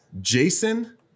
Jason